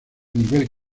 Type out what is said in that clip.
nivel